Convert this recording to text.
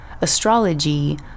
astrology